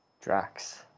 Drax